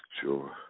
sure